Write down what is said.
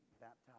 baptized